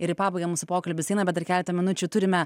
ir į pabaigą mūsų pokalbis eina bet ir keletą minučių turime